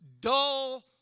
dull